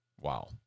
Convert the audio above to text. Wow